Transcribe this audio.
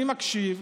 אני מקשיב,